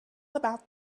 about